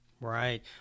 Right